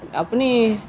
apa ni